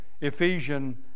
Ephesian